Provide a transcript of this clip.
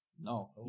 No